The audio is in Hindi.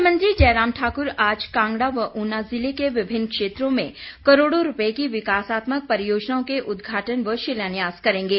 मुख्यमंत्री जयराम ठाकुर आज कांगड़ा व ऊना जिले के विभिन्न क्षेत्रों में करोड़ों रूपये की विकासात्मक परियोजनाओं के उदघाटन व शिलान्यास करेंगे